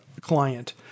client